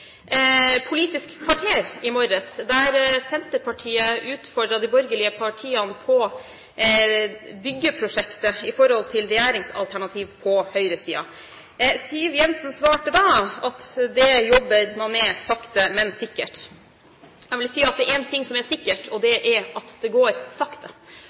Politisk kvarter i morges, der Senterpartiet utfordret de borgerlige partiene på byggeprosjektet i forhold til regjeringsalternativ på høyresiden. Siv Jensen svarte da at det jobber man med sakte, men sikkert. Jeg vil si at det er en ting som er sikkert, og det er at det går sakte.